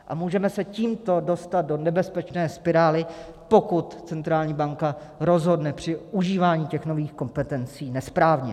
A můžeme se tímto dostat do nebezpečné spirály, pokud centrální banka rozhodne při užívání těch nových kompetencí nesprávně.